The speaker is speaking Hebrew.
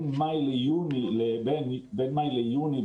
ברור לו מה ממומש ומתי בגלל החוקים של כל מסלול,